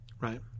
right